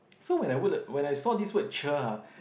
so when I word when I saw this word cher ah